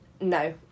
No